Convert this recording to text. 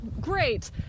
Great